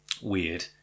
weird